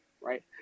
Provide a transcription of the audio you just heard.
right